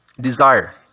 desire